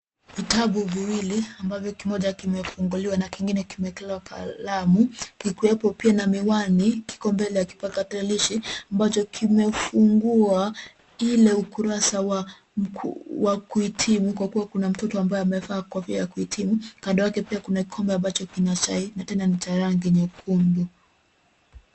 Vitabu viwili ambavyo kimoja kimefunguliwa na kingine kimewekelewa kalamu, kikiwepo pia na miwani, kikombe la kipakatalishi ambacho kimefunguwa ile ukurasa wa kuhitimu kwa kuwa kuna mtoto ambaye amevaa kofia ya kuhitimu. Kando yake pia kuna kikombe ambacho kina chai na tena ni cha rangi nyekundu.